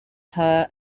her